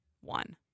one